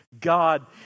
God